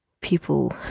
people